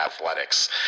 Athletics